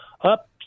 up